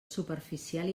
superficial